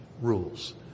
rules